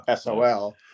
SOL